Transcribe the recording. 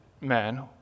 man